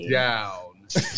down